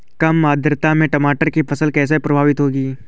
कम आर्द्रता में टमाटर की फसल कैसे प्रभावित होगी?